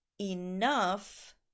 enough